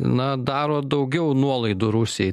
na daro daugiau nuolaidų rusijai